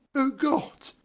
o gods,